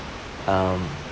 um